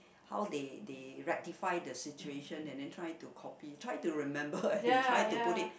how they they rectified the situation and then try to copy try to remember and try to put it